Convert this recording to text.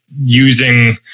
using